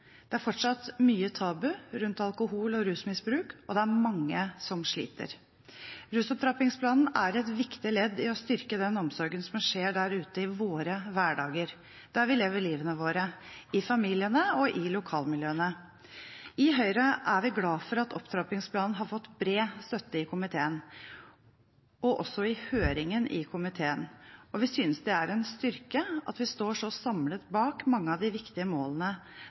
Det er fortsatt mye tabu rundt alkohol- og rusmisbruk, og det er mange som sliter. Rusopptrappingsplanen er et viktig ledd i å styrke den omsorgen som skjer der ute i våre hverdager, der vi lever livene våre, i familiene og i lokalmiljøene. I Høyre er vi glad for at opptrappingsplanen har fått bred støtte i komiteen, og også i høringen i komiteen, og vi synes det er en styrke at komiteen står så samlet bak mange av de viktige målene